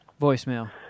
voicemail